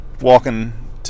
walking